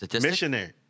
missionary